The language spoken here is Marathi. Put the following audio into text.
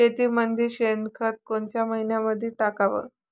मातीमंदी शेणखत कोनच्या मइन्यामंधी टाकाव?